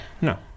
no